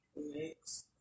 Next